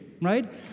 right